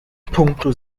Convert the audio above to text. puncto